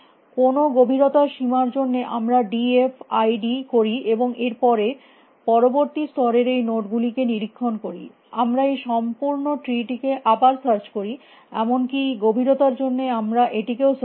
কোনো গভীরতা সীমার জন্য আমরা ডি এফ আই ডি করি এবং এর পরে পরবর্তী স্তরের এই নোড গুলিকে নিরীক্ষণ করি আমরা এই সম্পূর্ণ ট্রি টিকে আবার সার্চ করি এমনকি গভীরতার জন্য আমরা এটিকেও সার্চ করি